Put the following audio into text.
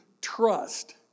trust